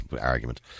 argument